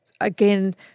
again